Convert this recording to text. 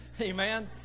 Amen